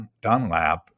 Dunlap